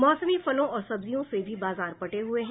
मौसमी फलों और सब्जियों से भी बाजार पटे हुए हैं